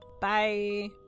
Bye